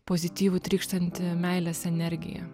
pozityvų trykštantį meilės energija